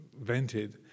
vented